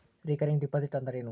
Recurring deposit ಅಂದರೇನು?